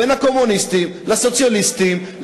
בין הקומוניסטים לסוציאליסטים,